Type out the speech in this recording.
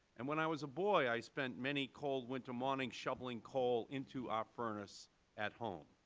and when i was a boy i spent many cold winter mornings shoveling coal into our furnace at home.